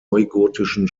neugotischen